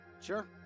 Sure